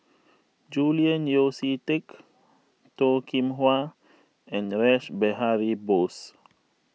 Julian Yeo See Teck Toh Kim Hwa and Rash Behari Bose